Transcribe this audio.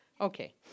Okay